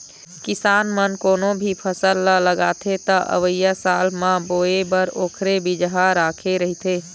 किसान मन कोनो भी फसल ल लगाथे त अवइया साल म बोए बर ओखरे बिजहा राखे रहिथे